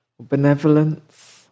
benevolence